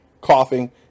coughing